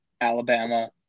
Alabama